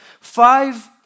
Five